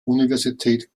universität